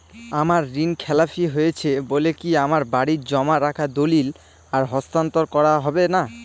আমার ঋণ খেলাপি হয়েছে বলে কি আমার বাড়ির জমা রাখা দলিল আর হস্তান্তর করা হবে না?